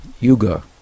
yuga